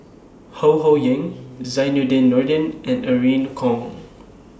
Ho Ho Ying Zainudin Nordin and Irene Khong